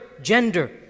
gender